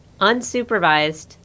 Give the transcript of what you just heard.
unsupervised